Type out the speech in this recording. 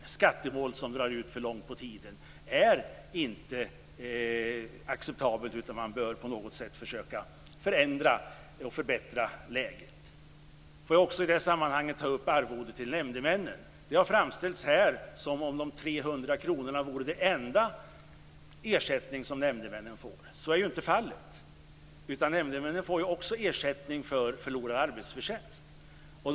Det är inte acceptabelt med t.ex. skattemål som drar ut för långt på tiden, utan man bör på något sätt försöka förändra och förbättra läget. Jag vill i detta sammanhang också ta upp frågan om arvodet till nämndemännen. Det har här framställts som om de trehundra kronorna vore den enda ersättning som nämndemännen får. Så är ju inte fallet. Nämndemännen får också ersättning för förlorad arbetsförtjänst.